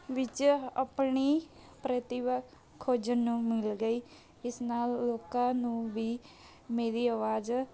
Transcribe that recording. ਵਿੱਚ ਆਪਣੀ ਪ੍ਰਤਿਭਾ ਖੋਜਣ ਨੂੰ ਮਿਲ ਗਈ ਇਸ ਨਾਲ ਲੋਕਾਂ ਨੂੰ ਵੀ ਮੇਰੀ ਆਵਾਜ਼